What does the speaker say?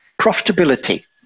profitability